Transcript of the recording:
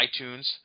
iTunes